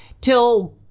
till